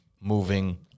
moving